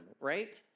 right